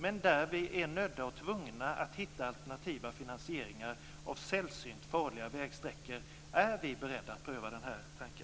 Men där vi är nödda och tvungna att hitta alternativa finansieringar av sällsynt farliga vägsträckor är Kristdemokraterna beredda att pröva denna tanke.